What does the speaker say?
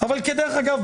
אבל כדרך אגב,